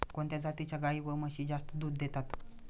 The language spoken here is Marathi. कोणत्या जातीच्या गाई व म्हशी जास्त दूध देतात?